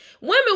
Women